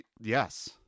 yes